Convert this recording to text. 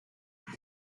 elle